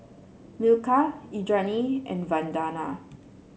Milkha Indranee and Vandana